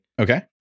Okay